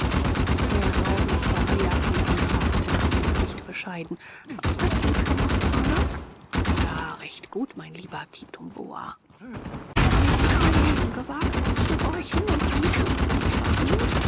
der graublasse eierkuchen fragte nach dem bericht bescheiden habe ich das gut gemacht bana ja recht gut mein lieber kitumbua habe ich nicht mein leben gewagt um zu horchen und einen schluck rum verdient